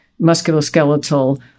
musculoskeletal